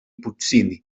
puccini